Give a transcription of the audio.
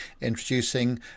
introducing